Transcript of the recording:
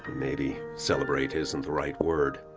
maybe celebrate isn't the right word.